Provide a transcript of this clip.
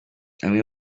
amwe